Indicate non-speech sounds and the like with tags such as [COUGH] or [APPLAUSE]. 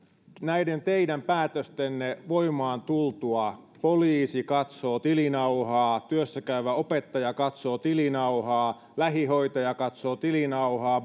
näiden teidän päätöstenne voimaan tultua poliisi katsoo tilinauhaa työssäkäyvä opettaja katsoo tilinauhaa lähihoitaja katsoo tilinauhaa [UNINTELLIGIBLE]